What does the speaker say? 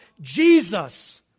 Jesus